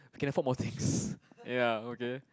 can afford more things ya okay